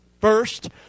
First